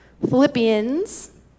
Philippians